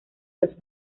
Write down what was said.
los